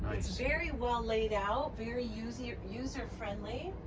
it's very well laid out very user user friendly.